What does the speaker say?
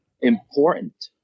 important